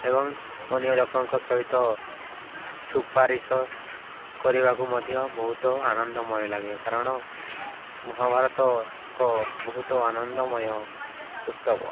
ଏବଂ ଅନ୍ୟ ଲୋକଙ୍କ ସହିତ ସୁପାରିଶ କରିବାକୁ ମଧ୍ୟ ବହୁତ ଆନନ୍ଦମୟ ଲାଗେ କାରଣ ମହାଭାରତ ଏକ ବହୁତ ଆନନ୍ଦମୟ ପୁସ୍ତକ